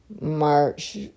March